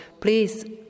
please